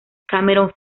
cameron